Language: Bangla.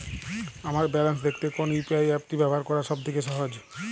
আমার ব্যালান্স দেখতে কোন ইউ.পি.আই অ্যাপটি ব্যবহার করা সব থেকে সহজ?